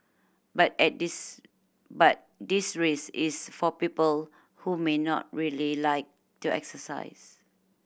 but at this but this race is for people who may not really like to exercise